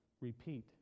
repeat